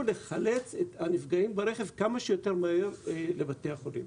לחלץ את הנפגעים ברכב כמה שיותר מהר לבתי החולים.